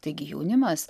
taigi jaunimas